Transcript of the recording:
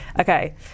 Okay